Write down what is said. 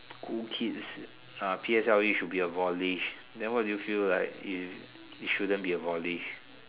cool kids uh P_S_L_E should be abolished then why do you feel like it it shouldn't be abolished